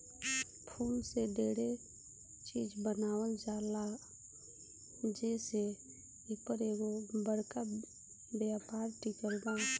फूल से डेरे चिज बनावल जाला जे से एपर एगो बरका व्यापार टिकल बा